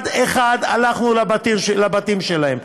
אחד-אחד, הלכנו לבתים שלהם.